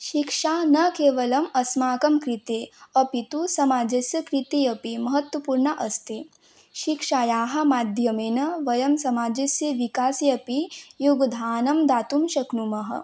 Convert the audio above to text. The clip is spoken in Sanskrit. शिक्षा न केवलम् अस्माकं कृते अपि तु समाजस्य कृते अपि महत्त्वपूर्णा अस्ति शिक्षायाः माध्यमेन वयं समाजस्य विकासे अपि योगदानं दातुं शक्नुमः